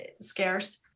scarce